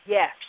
Yes